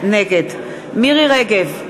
נגד מירי רגב,